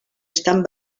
estan